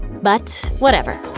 but, whatever.